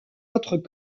autres